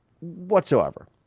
whatsoever